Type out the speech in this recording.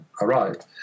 arrived